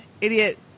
idiot